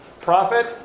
profit